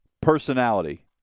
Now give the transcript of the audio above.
personality